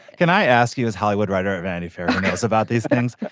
can i ask you is hollywood writer at vanity fair knows about these things.